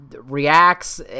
reacts